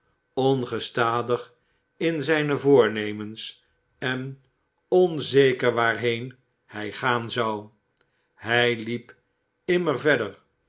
ongestadig in zijne voornemens en onzeker waarheen hij gaan zou hij liep immer verder